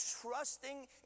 trusting